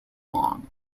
long